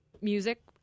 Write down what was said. music